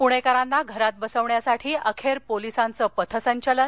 प्णक्करांना घरात बसवण्यासाठी अखर पोलीसांचं पथसंचलन